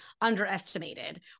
underestimated